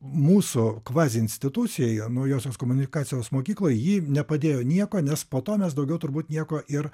mūsų kvaziinstitucijoj naujosios komunikacijos mokykloj ji nepadėjo nieko nes po to mes daugiau turbūt nieko ir